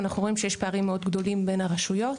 אנחנו רואים שיש פערים מאוד גדולים בין הרשויות.